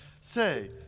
Say